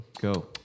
Go